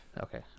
Okay